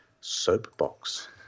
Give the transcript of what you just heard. soapbox